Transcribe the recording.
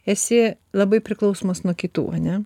esi labai priklausomas nuo kitų ane